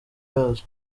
yazo